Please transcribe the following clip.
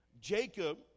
Jacob